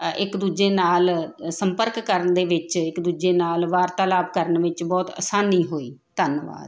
ਅ ਇੱਕ ਦੂਜੇ ਨਾਲ ਸੰਪਰਕ ਕਰਨ ਦੇ ਵਿੱਚ ਇੱਕ ਦੂਜੇ ਨਾਲ ਵਾਰਤਾਲਾਪ ਕਰਨ ਵਿੱਚ ਬਹੁਤ ਆਸਾਨੀ ਹੋਈ ਧੰਨਵਾਦ